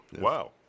Wow